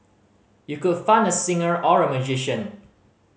you could fund a singer or a magician